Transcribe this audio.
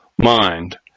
mind